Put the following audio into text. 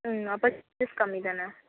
ம் அப்போ கம்மிதான